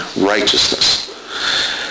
righteousness